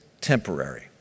temporary